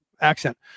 accent